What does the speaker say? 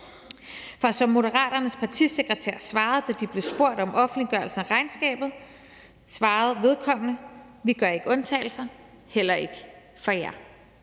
For som Moderaternes partisekretær svarede, da der blev spurgt ind til offentliggørelse af regnskaber: Vi gør ikke undtagelser, heller ikke for jer.